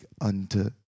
unto